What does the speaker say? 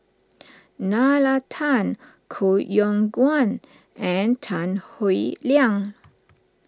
Nalla Tan Koh Yong Guan and Tan Howe Liang